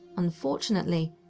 unfortunately,